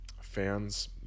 fans